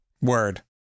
word